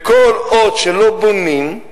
וכל עוד לא בונים,